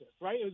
right